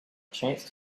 chance